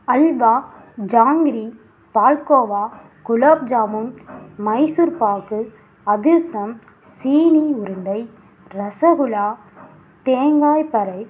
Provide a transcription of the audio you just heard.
அல்வா ஜாங்கிரி பால்கோவா குலோப் ஜாமுன் மைசூர் பாக்கு அதிரசம் சீனி உருண்டை ரசகுல்லா தேங்காய் பறை